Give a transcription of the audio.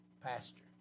pastor